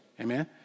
Amen